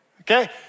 Okay